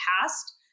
past